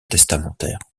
testamentaire